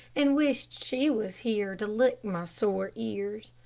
and wished she was here to lick my sore ears.